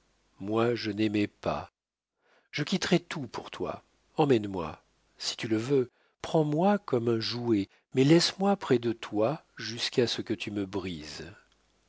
moi je n'aimais pas je quitterais tout pour toi emmène-moi si tu le veux prends-moi comme un jouet mais laisse-moi près de toi jusqu'à ce que tu me brises